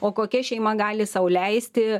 o kokia šeima gali sau leisti